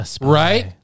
Right